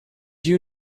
you